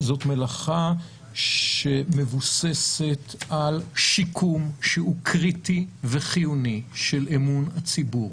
זאת מלאכה שמבוססת על שיקום שהוא קריטי וחיוני של אמון הציבור,